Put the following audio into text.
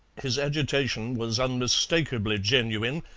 his agitation was unmistakably genuine,